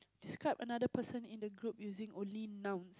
describe another person in the group using only nouns